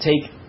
take